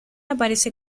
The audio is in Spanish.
aparece